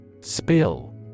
Spill